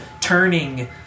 turning